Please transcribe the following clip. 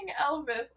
elvis